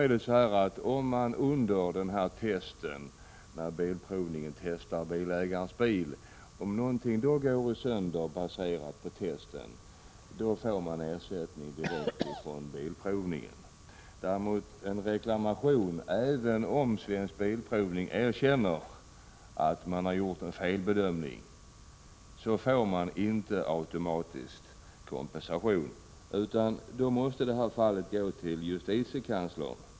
Om någonting i dag går sönder, baserat på testet, när bilprovningen testar bilägarens bil, får bilägaren ersättning direkt från bilprovningen. Däremot får man inte automatiskt kompensation vid en reklamation, även om Svensk Bilprovning erkänner att man har gjort en felbedömning, utan fallet måste gå till justitiekanslern.